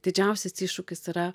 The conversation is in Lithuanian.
didžiausias iššūkis yra